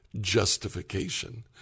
justification